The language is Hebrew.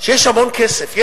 שיש המון כסף,